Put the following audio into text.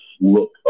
look